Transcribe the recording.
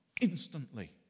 instantly